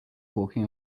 walking